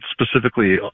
specifically